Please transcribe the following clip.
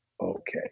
okay